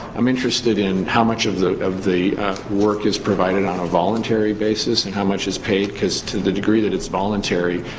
i'm interested in how much of the the work is provided on a voluntary basis and how much is paid, cause, to the degree that it's voluntary,